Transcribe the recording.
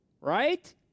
right